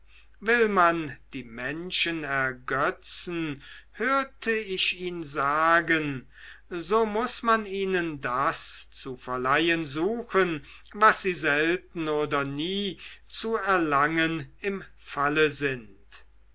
will man die menschen ergötzen hörte ich ihn sagen so muß man ihnen das zu verleihen suchen was sie selten oder nie zu erlangen im falle sind